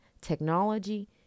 technology